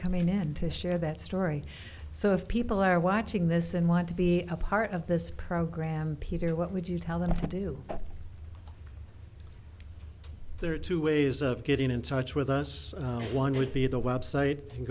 coming in and to share that story so if people are watching this and want to be a part of this program peter what would you tell them to do there are two ways of getting in touch with us one would be the web site